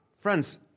Friends